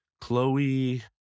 Chloe